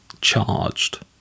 charged